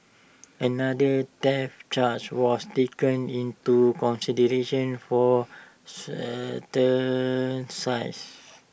another theft charge was taken into consideration for